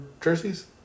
jerseys